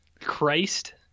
Christ